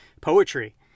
poetry